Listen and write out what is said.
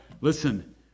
listen